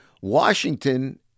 Washington